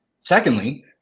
Secondly